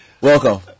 welcome